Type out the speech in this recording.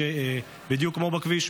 בדיוק כמו בכביש,